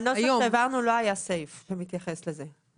בנוסח שהעברנו לא היה סעיף שמתייחס לזה.